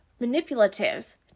manipulatives